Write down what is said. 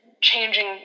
changing